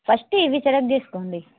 first ఇవి select తీసుకోండి